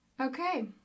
Okay